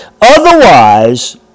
Otherwise